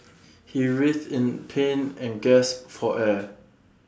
he writhed in pain and gasped for air